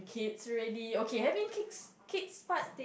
kids already okay having kids kids part